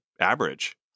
average